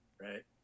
right